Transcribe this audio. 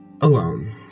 alone